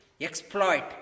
Exploit